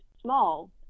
small